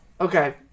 Okay